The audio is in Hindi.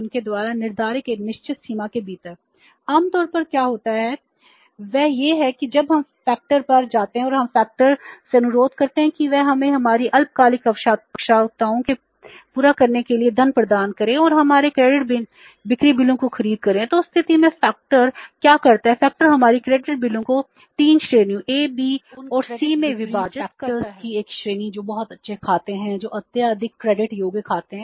उन क्रेडिट बिक्री के फैक्टर की एक श्रेणी जो बहुत अच्छे खाते हैं जो अत्यधिक क्रेडिट योग्य खाते हैं